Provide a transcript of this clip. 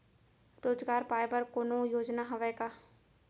रोजगार पाए बर कोनो योजना हवय का?